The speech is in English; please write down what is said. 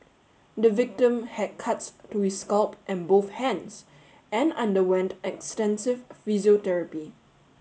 the victim had cuts to his scalp and both hands and underwent extensive physiotherapy